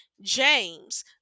James